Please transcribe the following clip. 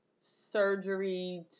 surgery